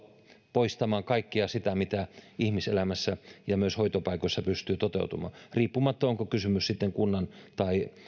poistamaan kaikkea sitä mitä ihmiselämässä ja myös hoitopaikoissa pystyy toteutumaan riippumatta siitä onko kysymys sitten kunnan tai